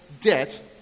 debt